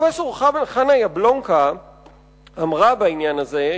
פרופסור חנה יבלונקה אמרה בעניין הזה,